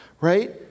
right